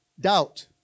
doubt